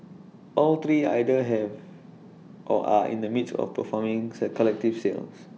all three either have or are in the midst of forming A collective sales